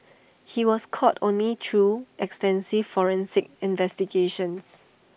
he was caught only through extensive forensic investigations